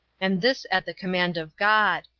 and this at the command of god,